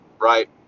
right